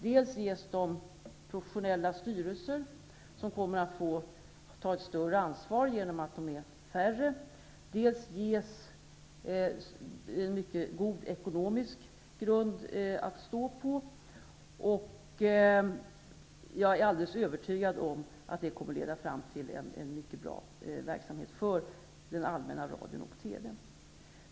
Dels får de professionella styrelser som kommer att få ta ett större ansvar genom att de är färre, dels skapas en mycket god ekonomisk grund för dem att stå på. Jag är alldeles övertygad om att det kommer att leda fram till en mycket bra verksamhet för den allmänna radion och TV:n.